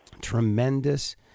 tremendous